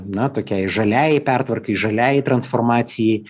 na tokiai žaliajai pertvarkai žaliajai transformacijai